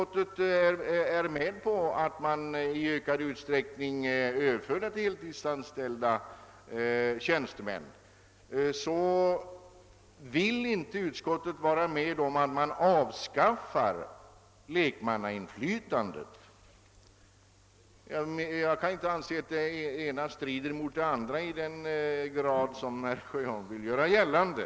Men utskottet vill ändå inte vara med om att avskaffa lekmannainflytandet — och jag kan inte se att det ena strider mot det andra i den grad som herr Sjöholm ville göra gällande.